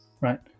right